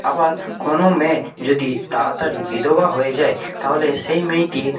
আবার কোনো মেয়ে যদি তাড়াতাড়ি বিধবা হয়ে যায় তাহলে সেই মেয়েটি